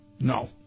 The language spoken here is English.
No